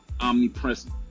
omnipresent